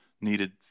needed